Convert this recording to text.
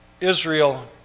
Israel